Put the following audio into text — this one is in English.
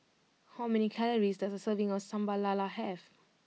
how many calories does a serving of Sambal Lala have